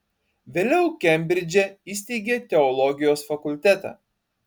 vėliau kembridže įsteigė teologijos fakultetą